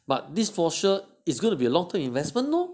but dishwasher it's gonna be a long term investment lor